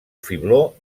fibló